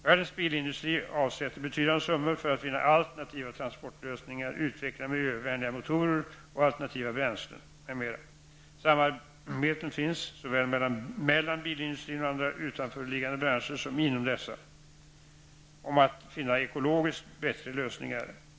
Världens bilindustri avsätter betydande summor för att finna alternativa transportlösningar, utveckla miljövänliga motorer och alternativa bränslen m.m. Samarbeten finns, såväl mellan bilindustrin och andra utanförliggande branscher som inom dessa, om att finna ekologiskt bättre lösningar.